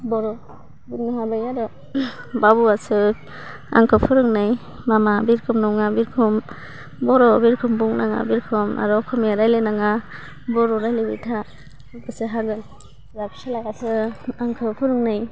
बर' बुंनो हाबाय आरो बाबुआसो आंखौ फोरोंनाय माबा बि रोखोम नङा बि रोखोम बर' बि रोखोम बुंनाङा बि रोखोम आरो अक'मिया रायलायनाङा बर' रायलायबाय था होनबासो हागोन जोंहा फिसालायासो आंखौ फोरोंनाय